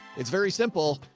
it's very simple.